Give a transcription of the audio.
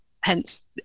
hence